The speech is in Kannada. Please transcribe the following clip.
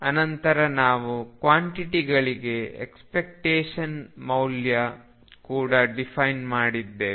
ಅನಂತರ ನಾವು ಕ್ವಾಂಟಿಟಿಗಳಿಗೆ ಎಕ್ಸ್ಪೆಕ್ಟೇಶನ್ ಮೌಲ್ಯ ಕೂಡ ಡಿಫೈನ್ ಮಾಡಿದ್ದೇವೆ